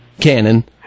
canon